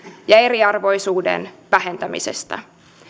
ja eriarvoisuuden vähentämisestä